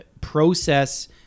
process